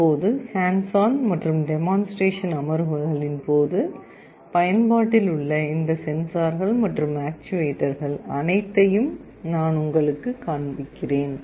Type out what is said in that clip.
இப்போது hands on மற்றும் demonstration அமர்வுகளின் போது பயன்பாட்டில் உள்ள இந்த சென்சார்கள் மற்றும் ஆக்சுவேட்டர்கள் அனைத்தையும் நாங்கள் உங்களுக்குக் காண்பிப்போம்